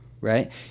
right